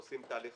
עושים תהליך